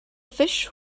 fish